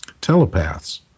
telepaths